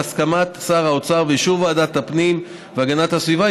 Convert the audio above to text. בהסכמת שר האוצר ובאישור ועדת הפנים והגנת הסביבה,